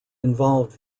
involved